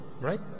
right